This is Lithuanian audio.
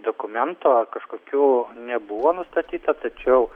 dokumento kažkokių nebuvo nustatyta tačiau